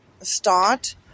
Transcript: start